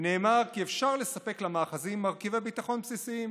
ונאמר כי אפשר לספק למאחזים מרכיבי ביטחון בסיסיים